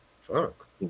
Fuck